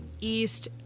east